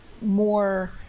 more